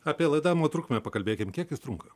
apie laidavimo trukmę pakalbėkim kiek jis trunka